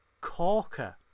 corker